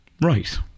Right